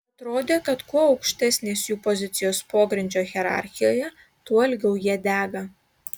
atrodė kad kuo aukštesnės jų pozicijos pogrindžio hierarchijoje tuo ilgiau jie dega